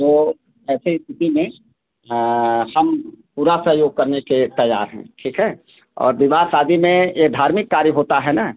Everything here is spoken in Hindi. तो ऐसे स्थिति में हाँ हम पूरा सहयोग करने के तैयार हैं ठीक है और विवाह शादी में ये धार्मिक कार्य होता है न